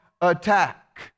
attack